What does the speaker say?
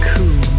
Cool